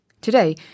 Today